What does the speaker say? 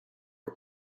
are